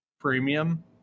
Premium